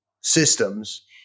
systems